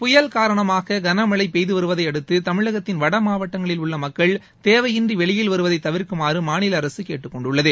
புயல் காரணமாக கனமழை பெய்து வருவதையடுத்து தமிழகத்தின் வட மாவட்டங்களில் உள்ள மக்கள் தேவையின்றி வெளியில் வருவதை தவிர்க்குமாறு மாநில அரசு கேட்டுக் கொண்டுள்ளது